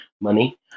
money